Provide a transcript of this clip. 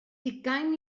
ugain